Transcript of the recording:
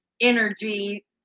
energy